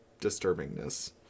disturbingness